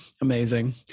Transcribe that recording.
Amazing